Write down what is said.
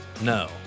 No